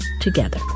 together